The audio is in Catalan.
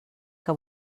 que